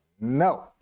no